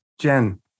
Jen